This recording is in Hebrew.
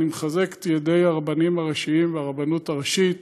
ואני מחזק את ידי הרבנים הראשיים והרבנות הראשית